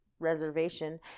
reservation